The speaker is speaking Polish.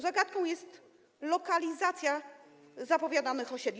Zagadką jest lokalizacja zapowiadanych osiedli.